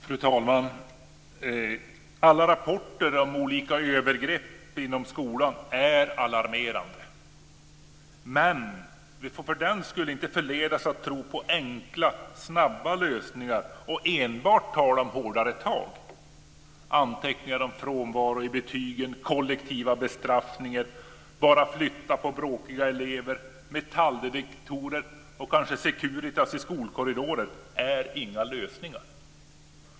Fru talman! Alla rapporter om olika övergrepp inom skolan är alarmerande. Men vi får för den skull inte förledas att tro på enkla, snabba lösningar och enbart tala om hårdare tag. Anteckningar om frånvaro i betygen, kollektiva bestraffningar, att bara flytta på bråkiga elever, metalldetektorer och kanske Securitas i skolkorridorer är inga lösningar.